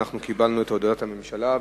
קיבלנו את הודעת הממשלה,